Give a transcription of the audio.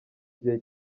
gihe